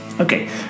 Okay